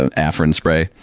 and afrin spray.